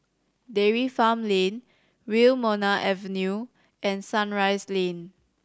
Dairy Farm Lane Wilmonar Avenue and Sunrise Lane